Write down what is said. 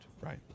right